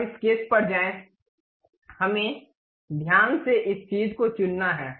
अब स्केच पर जाएं हमें ध्यान से इस चीज़ को चुनना है